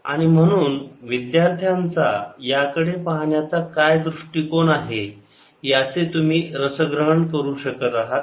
आणि म्हणून विद्यार्थ्यांचा याकडे पाहण्याचा काय दृष्टिकोन आहे याचे तुम्ही रसग्रहण करू शकत आहात